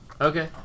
Okay